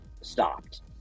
stopped